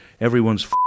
Everyone's